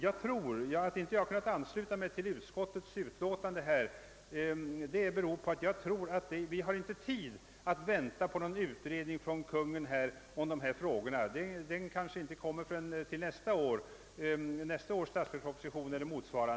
Jag har inte kunnat ansluta mig till utskottsmajoritetens utlåtande, eftersom jag tror att vi inte har tid att vänta på en utredning om dessa frågor från Kungl. Maj:t. Utredningsresultatet kanske inte skulle föreligga förrän till nästa års statsverksproposition.